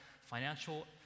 financial